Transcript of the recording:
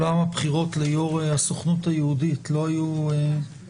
מתייחס לדיונים שלא התקיימו בדרך של היוועדות